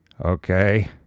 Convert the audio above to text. Okay